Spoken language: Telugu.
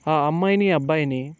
ఆ అమ్మాయిని అబ్బాయిని